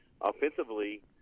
offensively